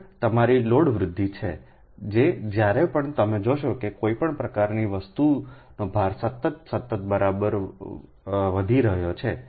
આગળ તમારી લોડ વૃદ્ધિ છે જ્યારે પણ તમે જોશો કે કોઈપણ પ્રકારનો વસ્તુનો ભાર સતત સતત બરાબર વધી રહ્યો છે